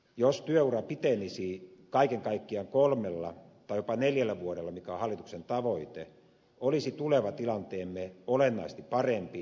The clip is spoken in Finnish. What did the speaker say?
jos työura pitenisi kaiken kaikkiaan kolmella tai jopa neljällä vuodella mikä on hallituksen tavoite olisi tuleva tilanteemme olennaisesti parempi